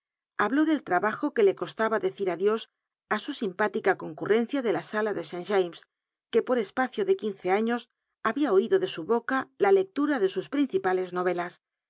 llablú del trabajo que le costaba deci r adios ú su simpática concmrencia de la sala san james que por espacio ele quince años hahia oido de su boca la lectura do sus principales novelas